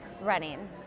running